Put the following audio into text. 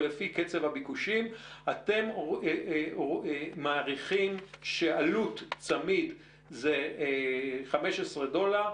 ולפי קצב הביקושים אתם מעריכים שעלות צמיד זה 15 דולר.